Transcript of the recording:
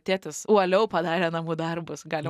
tėtis uoliau padarė namų darbus galima